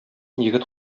егет